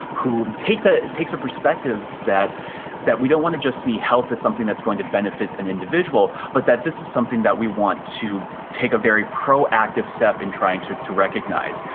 who takes ah a perspective that that we don't want to just see health as something that is going to benefit an individual, but that this is something that we want to take a very proactive step in trying to to recognise.